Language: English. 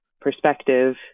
perspective